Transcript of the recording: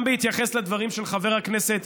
גם בהתייחס לדברים של חבר הכנסת